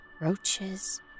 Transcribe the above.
roaches